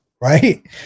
right